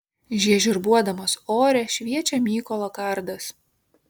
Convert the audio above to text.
žiežirbuodamas ore šviečia mykolo kardas